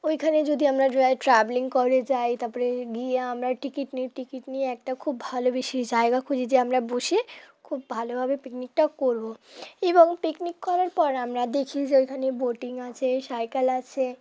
ওইখানে যদি আমরা যাই ট্রাভেলিং করে যাই তার পরে গিয়ে আমরা টিকিট নিই টিকিট নিয়ে একটা খুব ভালো বেশি জায়গা খুঁজি যে আমরা বসে খুব ভালোভাবে পিকনিকটা করব এবং পিকনিক করার পর আমরা দেখি যে ওইখানে বোটিং আছে সাইকেল আছে